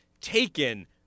Taken